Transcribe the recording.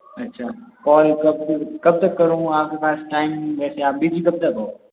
अच्छा कॉल कब तक कब तक करूँ आपके पास टाइम वैसे आप बिजी कब तक हो